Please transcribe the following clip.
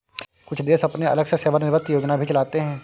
कुछ देश अपनी अलग से सेवानिवृत्त योजना भी चलाते हैं